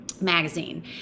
magazine